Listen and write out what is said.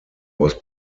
was